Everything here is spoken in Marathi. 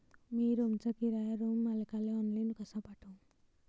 मी रूमचा किराया रूम मालकाले ऑनलाईन कसा पाठवू?